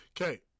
okay